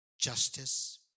justice